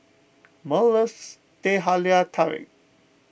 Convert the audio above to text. Merl Teh Halia Tarik